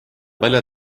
välja